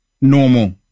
normal